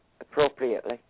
appropriately